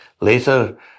later